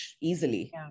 easily